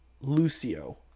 Lucio